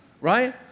Right